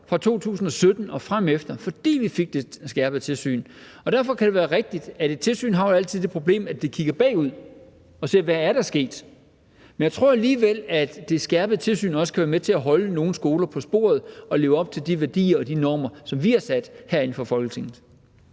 fra 2017 og fremefter, fordi vi fik det skærpede tilsyn, og derfor kan det være rigtigt, at et tilsyn jo altid har det problem, at det kigger bagud og ser på, hvad der er sket, men jeg tror alligevel, at det skærpede tilsyn også kan være med til at holde nogle skoler på sporet og få dem til at leve op til de værdier og de normer, som vi har sat herinde fra Folketinget.